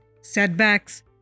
setbacks